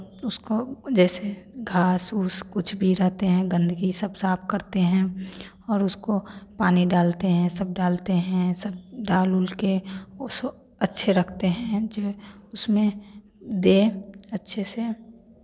उसको जैसे घास ऊस कुछ भी रहते हैं गंदगी सब साफ़ करते हैं और उसको पानी डालते हैं सब डालते हैं सब डाल ऊल के उस अच्छे रखते हैं जो उसमें दे अच्छे से